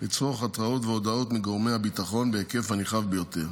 לצרוך התרעות והודעות מגורמי הביטחון בהיקף הנרחב ביותר,